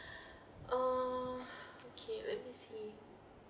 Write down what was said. uh okay let me see